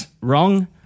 Wrong